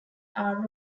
are